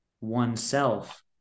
oneself